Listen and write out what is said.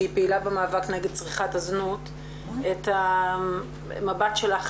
שהיא פעילה במאבק נגד צריכת הזנות, את המבט שלך